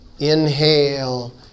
Inhale